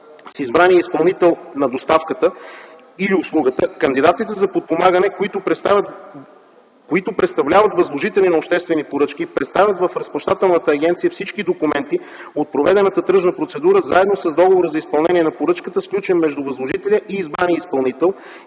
с избрания изпълнител на доставката или услугата кандидатите за подпомагане, които представляват възложители на обществени поръчки, представят в Разплащателната агенция всички документи от проведената тръжна процедура, заедно с договора за изпълнение на поръчката, сключен между възложителя и избрания изпълнител,